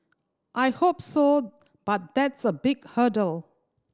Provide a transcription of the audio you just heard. I hope so but that's a big hurdle